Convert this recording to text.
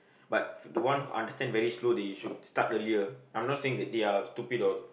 but the one understand very slow they should start earlier I'm not saying that they are stupid or